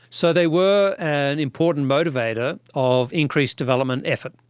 so they were an important motivator of increased development effort,